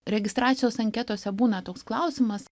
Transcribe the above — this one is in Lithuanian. registracijos anketose būna toks klausimas